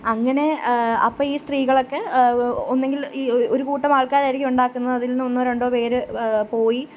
അങ്ങനെ അപ്പം ഈ സ്ത്രീകളൊക്കെ ഒന്നുകിൽ ഈ ഒരു കൂട്ടം ആൾക്കാരായിരിക്കും ഉണ്ടാക്കുന്നത് അതിൽ നിന്ന് ഒന്നൊ രണ്ടോ പേർ പോയി